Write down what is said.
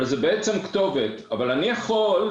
אבל אני יכול,